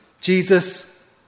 Jesus